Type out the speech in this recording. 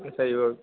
ம் சரி ஓக்